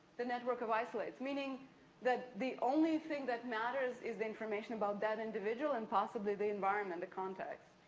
the network of isolates. meaning that the only thing that matters is the information about that individual and possibly the environment, the context.